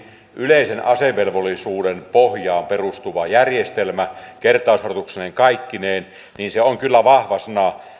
yleisen asevelvollisuuden pohjaan perustuva järjestelmä kertausharjoituksineen kaikkineen on kyllä vahva sana